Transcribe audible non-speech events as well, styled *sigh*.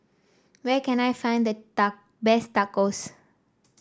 where can I find the *unintelligible* best Tacos